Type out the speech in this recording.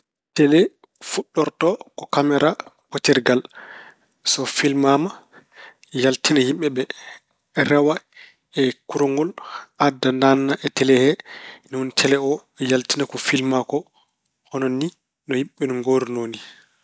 Tele fuɗɗorto ko kamera ( potirngal). So filmaama yaltina yimɓe ɓe, rewa e kuraŋol, adda naatna e tele he. No woni tele o yaltina ko filmaa ko. Hono ni no yimɓe ɓe ngooruno ni.